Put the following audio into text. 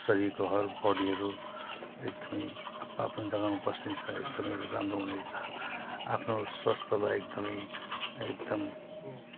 शरीरको हर बडीहरू एकदमै आफआफ्नो जग्गामा बस्नेछ एकदमै राम्रो हुनेछ आफ्नो स्वास्थ्यलाई एकदमै एकदम